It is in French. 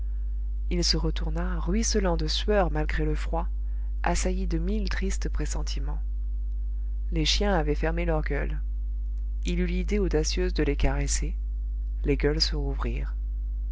il se retourna ruisselant de sueur malgré le froid assailli de mille tristes pressentiments les chiens avaient fermé leurs gueules il eut l'idée audacieuse de les caresser les gueules se rouvrirent